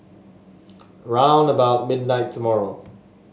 round about midnight tomorrow